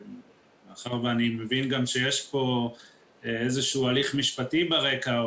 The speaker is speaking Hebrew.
מאחר ואני מבין גם שיש פה איזה שהוא הליך משפטי ברקע,